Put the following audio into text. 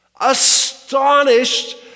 astonished